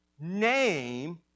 name